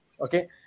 okay